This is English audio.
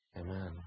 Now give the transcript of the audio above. Amen